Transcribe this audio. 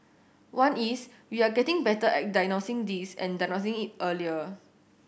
one is we are getting better at diagnosing this and diagnosing it earlier